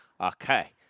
Okay